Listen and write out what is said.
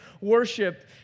worship